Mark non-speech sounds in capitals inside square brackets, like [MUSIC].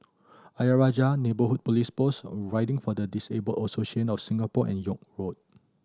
Ayer Rajah Neighbourhood Police Post [UNINTELLIGIBLE] Riding for the Disabled Association of Singapore and York Road